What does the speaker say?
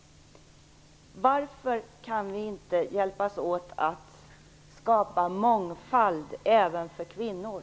Varför kan vi inte hjälpas åt med att skapa mångfald även för kvinnor?